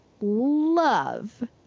love